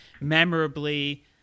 memorably